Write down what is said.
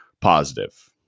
positive